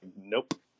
nope